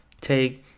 take